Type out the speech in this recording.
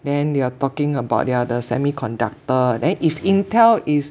then they're talking about they are the semi conductor then if Intel is